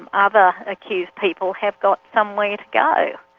and other accused people have got somewhere to go.